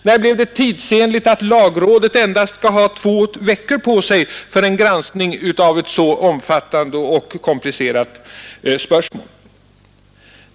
När blev det tidsenligt att lagrådet endast fick två veckor på sig för sin granskning av ett så omfattande och komplicerat spörsmål?